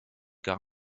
gar